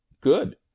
Good